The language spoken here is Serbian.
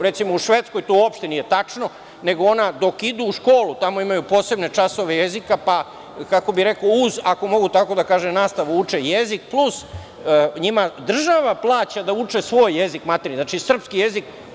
Recimo, u Švedskoj to uopšte nije tačno, nego ona dok idu u školu tamo imaju posebne časove jezika, pa uz, ako mogu tako da kažem, nastavu uče jezik, plus im država plaća da uče svoj maternji jezik, znači srpski jezik.